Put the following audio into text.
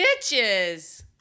bitches